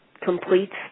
completes